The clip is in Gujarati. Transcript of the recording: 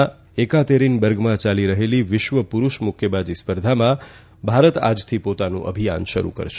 રશિયાના એકાતેરીનબર્ગમાં ચાલી રહેલી વિશ્વ પુરૂષ મુક્કેબાજી સ્પર્ધામાં ભારત આજથી પોતાનું અભિયાન શરૂ કરશે